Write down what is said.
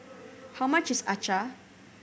how much is acar